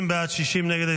50 בעד, 60 נגד.